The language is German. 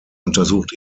untersucht